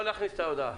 לא להכניס את ההודעה.